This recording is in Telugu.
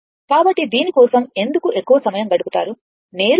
కాబట్టి దీని కోసం ఎందుకు ఎక్కువ సమయం గడుపుతారు నేరుగా చేస్తారు